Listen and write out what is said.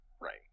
Right